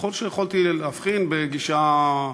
ככל שיכולתי להבחין, בגישה,